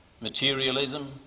Materialism